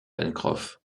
pencroff